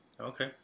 Okay